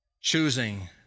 choosing